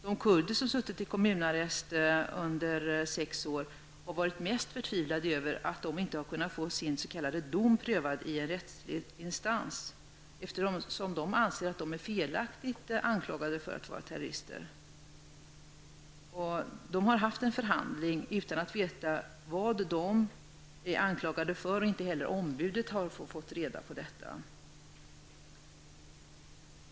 De kurder som suttit i kommunarrest under sex år har varit mest förtvivlade över att inte kunna få sin s.k. dom prövad i en rättslig instans. De anser att de är felaktigt anklagade för att vara terrorister. De har haft en förhandling utan att veta vad de är anklagade för. Inte heller deras ombud har fått reda på det.